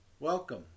welcome